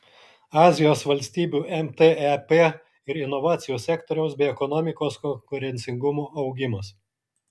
azijos valstybių mtep ir inovacijų sektoriaus bei ekonomikos konkurencingumo augimas